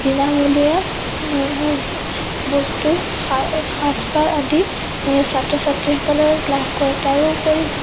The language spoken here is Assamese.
বিনামূলীয়া বস্তু সাজ সাজপাৰ আদি ছাত্ৰ ছাত্ৰীসকলে লাভ কৰে তাৰোপৰি